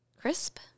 crisp